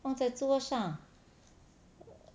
放在桌上